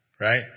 Right